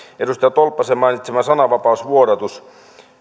edustaja tolppasen mainitsema sananvapausvuodatus